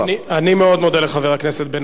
אני מאוד מודה לחבר הכנסת בן-ארי.